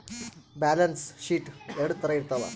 balance sheet ಎರಡ್ ತರ ಇರ್ತವ